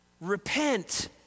repent